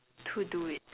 to do it